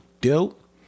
dope